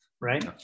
right